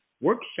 workshop